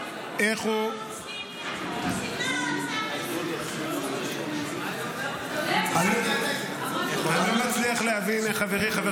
איך הוא ------ אני לא מצליח להבין איך חברי חבר